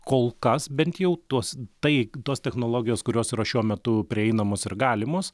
kol kas bent jau tuos tai tos technologijos kurios yra šiuo metu prieinamos ir galimos